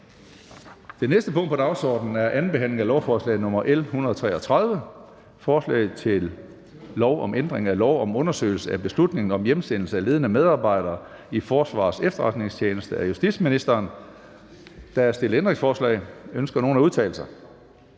Det næste punkt på dagsordenen er: 15) 2. behandling af lovforslag nr. L 133: Forslag til lov om ændring af lov om undersøgelse af beslutningen om hjemsendelse af ledende medarbejdere i Forsvarets Efterretningstjeneste. (Udvidelse af undersøgelsen). Af justitsministeren (Peter